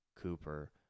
Cooper